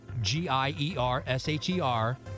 G-I-E-R-S-H-E-R